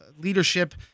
leadership